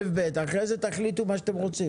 אחרי זה תחליטו מה שאתם רוצים.